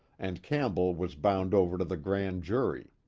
and campbell was bound over to the grand jury.